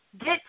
get